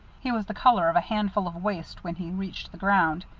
he was the color of a handful of waste when he reached the ground,